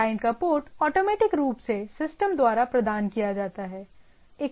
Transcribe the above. client का port automatic रूप से सिस्टम द्वारा प्रदान किया जाता है